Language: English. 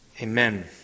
Amen